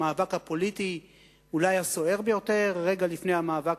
המאבק הפוליטי אולי הסוער ביותר רגע לפני המאבק